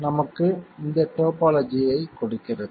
நமக்கு இந்த டோபோலஜியைக் கொடுக்கிறது